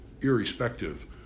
irrespective